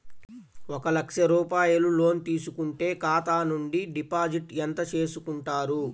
ఒక లక్ష రూపాయలు లోన్ తీసుకుంటే ఖాతా నుండి డిపాజిట్ ఎంత చేసుకుంటారు?